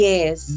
Yes